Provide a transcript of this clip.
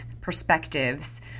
perspectives